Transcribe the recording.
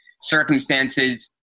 circumstances